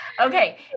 Okay